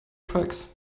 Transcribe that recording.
tracks